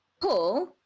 Paul